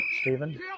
Stephen